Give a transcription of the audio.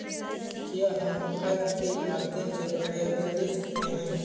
क्या हम ऐप के माध्यम से बकाया बिल देख सकते हैं?